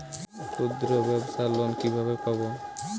ক্ষুদ্রব্যাবসার লোন কিভাবে পাব?